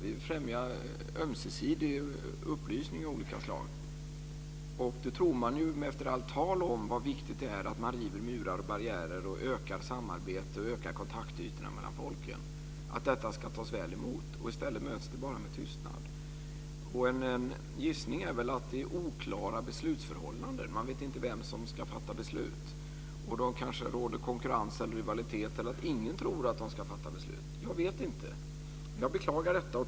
Vi vill främja ömsesidig upplysning av olika slag. Då tror man ju efter allt tal om hur viktigt det är att man river murar och barriärer, ökar samarbetet och kontaktytorna mellan folken, att detta ska tas väl emot. I stället möts det bara med tystnad. En gissning är att det råder oklara beslutsförhållanden. Man vet inte vem som ska fatta beslut. Det kanske råder konkurrens eller rivalitet, eller så tror ingen att de ska fatta beslut. Jag vet inte. Jag beklagar detta.